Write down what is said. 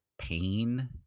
pain